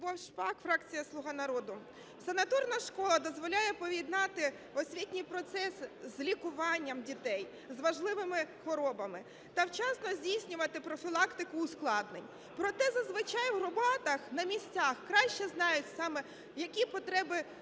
Шпак, фракція "Слуга народу". Санаторна школа дозволяє поєднати освітній процес з лікуванням дітей з важливими хворобами та вчасно здійснювати профілактику ускладнень. Проте, зазвичай в громадах на місцях краще знають, саме які потреби